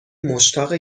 مشتاق